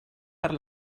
per